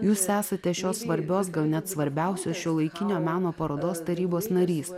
jūs esate šios svarbios gal net svarbiausios šiuolaikinio meno parodos tarybos narys